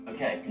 Okay